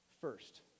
first